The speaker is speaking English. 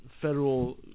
federal